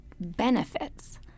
benefits